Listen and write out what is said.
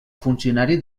funcionari